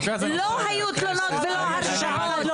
לא היו לא תלונות ולא הרשעות.